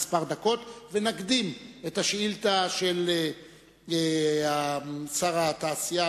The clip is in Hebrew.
דקות ונקדים את השאילתא לשר התעשייה,